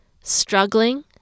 struggling